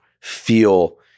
feel